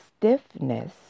stiffness